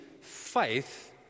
faith